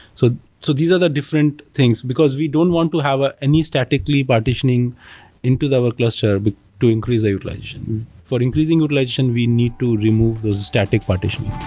so so these are different things, because we don't want to have any statically partitioning into our cluster but to increase a utilization. for increasing utilization, we need to remove those static partition.